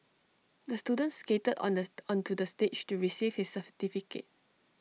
the student skated onto onto the stage to receive his certificate